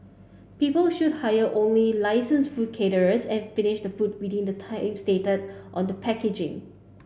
people should hire only licensed food caterers and finish the food within the time stated on the packaging